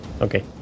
Okay